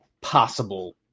possible